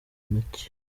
make